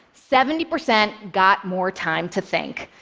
seventy percent got more time to think.